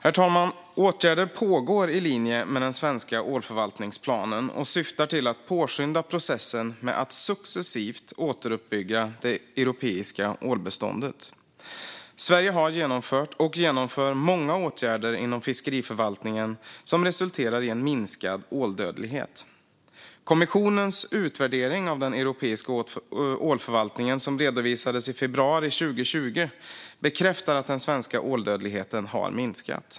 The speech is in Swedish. Herr talman! Åtgärder pågår i linje med den svenska ålförvaltningsplanen och syftar till att påskynda processen med att successivt återuppbygga det europeiska ålbeståndet. Sverige har genomfört och genomför många åtgärder inom fiskeriförvaltningen som resulterat i minskad åldödlighet. Kommissionens utvärdering av den europeiska ålförvaltningen som redovisades i februari 2020 bekräftar att den svenska åldödligheten har minskat.